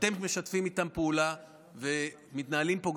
אתם משתפים איתם פעולה ומתנהלים פה,